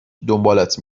دنبالت